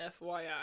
fyi